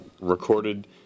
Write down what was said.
recorded